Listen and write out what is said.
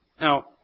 Now